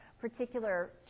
particular